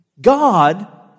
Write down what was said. God